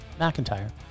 McIntyre